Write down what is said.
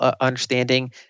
understanding